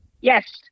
Yes